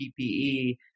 PPE